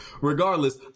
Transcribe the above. regardless